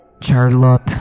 Charlotte